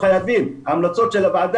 ההמלצות של הוועדה,